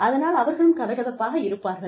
அதனால் அவர்களும் கதகதப்பாக இருப்பார்கள்